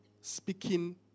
speaking